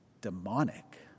demonic